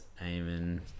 Amen